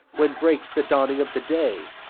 when breaks the dawning of the day,